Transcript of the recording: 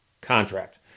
contract